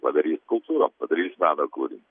padarys skulptūrą padarys meno kūrinį